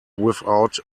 without